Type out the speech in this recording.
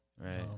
Right